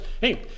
Hey